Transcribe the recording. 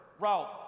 route